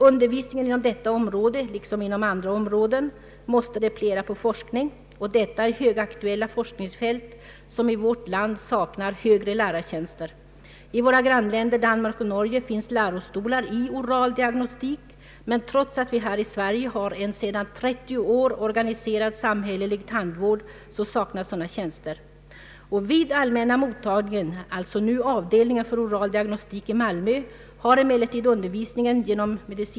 Undervisningen inom detta område liksom inom andra områden måste repliera på forskning. Detta är högaktuella forskningsfält som i vårt land saknar högre lärartjänster. I våra grannländer Danmark och Norge finns lärostolar i oral diagnostik, men trots att vi här i Sverige har en sedan 30 år tillbaka organiserad samhällelig tandvård saknas sådana tjänster. Vid allmänna mottagningen — numera avdelningen för oral diagnostik — i Malmö har emellertid undervisningen genom med.